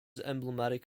emblematic